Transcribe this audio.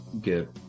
get